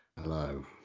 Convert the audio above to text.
Hello